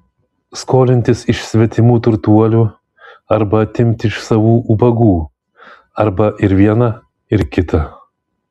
skolintis iš svetimų turtuolių arba atimti iš savų ubagų arba ir viena ir kita